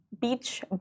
Beach